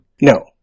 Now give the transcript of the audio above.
No